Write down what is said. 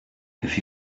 have